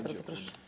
Bardzo proszę.